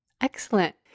Excellent